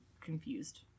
confused